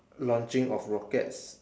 launching of rockets